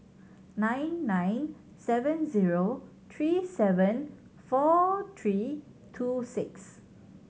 nine nine seven zero three seven four three two six